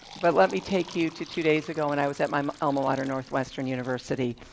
but let me take you to two days ago when i was at my alma mater, northwestern university,